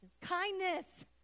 Kindness